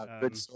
Good